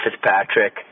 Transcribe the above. Fitzpatrick